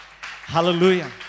Hallelujah